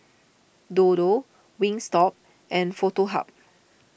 Dodo Wingstop and Foto Hub